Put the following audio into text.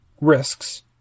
risks